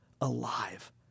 alive